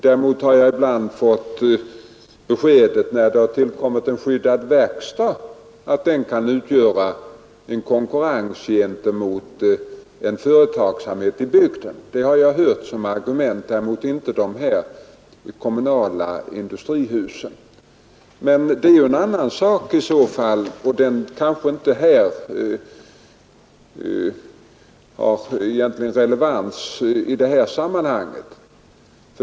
Däremot har jag ibland fått beskedet, när det har tillkommit en skyddad verkstad, att den kan utgöra en konkurrens gentemot en företagsamhet i bygden. Det har jag hört som argument, däremot inte dessa kommunala industrihus. Men det är i så fall en annan sak, och den har kanske inte relevans i detta sammanhang.